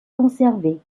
conservés